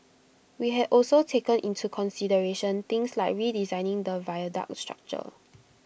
we had also taken into consideration things like redesigning the viaduct structure